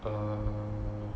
err um